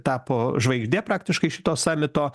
tapo žvaigžde praktiškai šito samito